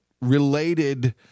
related